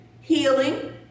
healing